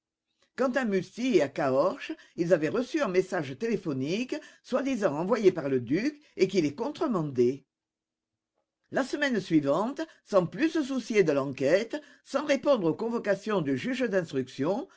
quant à mussy et à caorches ils avaient reçu un message téléphonique soi-disant envoyé par le duc et qui les contremandait la semaine suivante sans plus se soucier de l'enquête sans répondre aux convocations du juge d'instruction